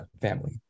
family